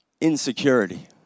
Insecurity